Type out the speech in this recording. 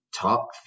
Top